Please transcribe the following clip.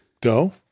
Go